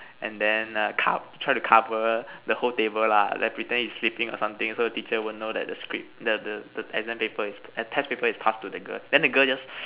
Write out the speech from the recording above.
and then err cov~ try to cover the whole table lah like pretend he's sleeping or something so the teacher won't know that the script the the the exam paper is the test paper is past to the girl then the girl just